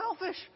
selfish